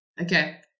Okay